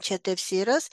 čia tefyras